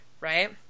Right